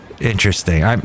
interesting